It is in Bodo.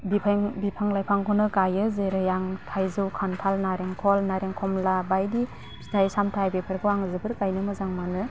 बिफां बिफां लाइफांखौनो गाइयो जेरै आं थाइजौ खान्थाल नारेंखल नारें खमला बायदि फिथाइ सामथाइ बेफोरखौ आं जोबोर गायनो मोजां मोनो